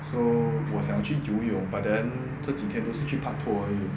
so 我想去游泳 but then 这几天只是去 paktor 而已